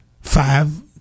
Five